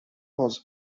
was